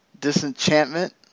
Disenchantment